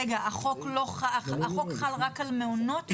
רגע, החוק חל רק על מעונות?